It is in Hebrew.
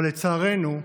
אבל לצערנו,